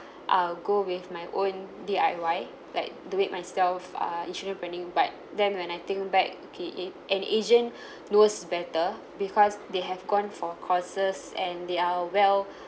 uh go with my own D_I_Y like do it myself uh insurance planning but then when I think back okay a~ an agent knows better because they have gone for courses and they are well